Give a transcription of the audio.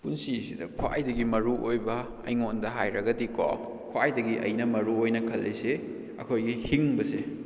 ꯄꯨꯟꯁꯤꯁꯤꯗ ꯈ꯭ꯋꯥꯏꯗꯒꯤ ꯃꯔꯨꯑꯣꯏꯕ ꯑꯩꯉꯣꯟꯗ ꯍꯥꯏꯔꯒꯗꯤꯀꯣ ꯈ꯭ꯋꯥꯏꯗꯒꯤ ꯑꯩꯅ ꯃꯔꯨꯑꯣꯏꯅ ꯈꯜꯂꯤꯁꯤ ꯑꯩꯈꯣꯏꯒꯤ ꯍꯤꯡꯕꯁꯦ